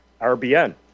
RBN